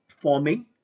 forming